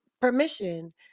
permission